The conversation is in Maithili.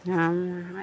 हम्म